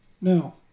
Now